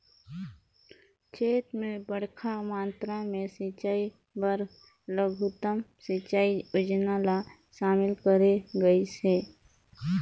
चैत मे बड़खा मातरा मे सिंचई बर लघुतम सिंचई योजना ल शामिल करे गइस हे